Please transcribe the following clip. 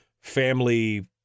family